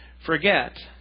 forget